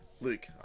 Look